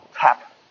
tap